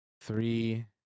Three